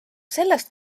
sellest